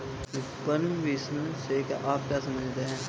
विपणन मिश्रण से आप क्या समझते हैं?